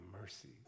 mercy